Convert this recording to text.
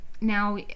Now